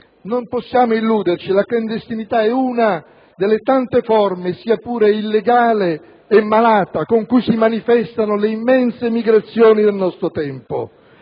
non possiamo illuderci, la clandestinità è una delle tante forme, sia pure illegale e malata, con cui si manifestano le immense migrazioni del nostro tempo,